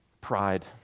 pride